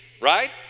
Right